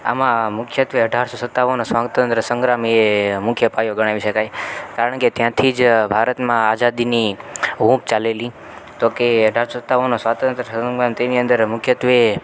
આમાં મુખ્યત્ત્વે અઢારસો સત્તાવનનો સ્વાતંત્ર્ય સંગ્રામ એ મુખ્ય પાયો ગણાવી શકાય કારણ કે ત્યાંથી જ ભારતમાં આઝાદીની હૂંફ ચાલેલી તો કે અઢારસો સત્તાવનનો સ્વાતંત્ર્ય તેની અંદર મુખ્યત્ત્વે